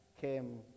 came